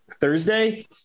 Thursday